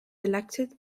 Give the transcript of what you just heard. elected